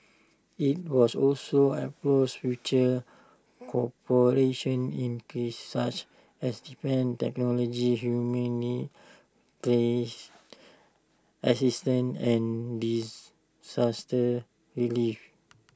IT was also explores future cooperation in such as defence technology humanitarian assistance and disaster relief